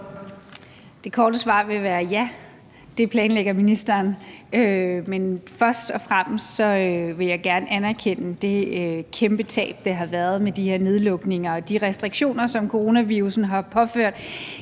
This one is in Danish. Det korte svar vil være: Ja, det planlægger ministeren. Men først og fremmest vil jeg gerne anerkende, at der har været det kæmpe tab med de her nedlukninger og de restriktioner, som er blevet påført